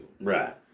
Right